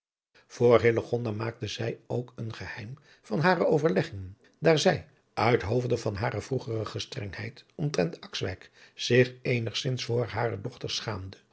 hillegonda maakte zij ook een geheim van hare overleggingen daar zij uit hoofde van hare vroegere gestrengheid omtrent akswijk zich eenigzins voor hare dochter schaamde